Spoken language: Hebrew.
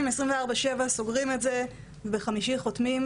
24/7 והכל בסדר ביום חמישי הקרוב חותמים,